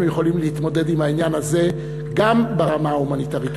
יכולים להתמודד עם העניין הזה גם ברמה ההומניטרית.